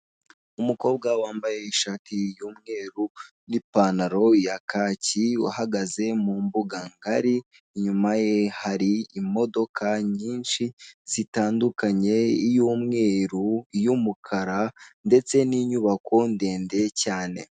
Umukobwa wambaye ishati y'umweru n'ipantaro ya kaki, uhagaze mu mbuga ngari. Inyuma ye hari imodoka nyinshi zitandukanye, iy'umweru, iy'umukara ndetse n'inyubako ndende cyane.